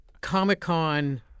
Comic-Con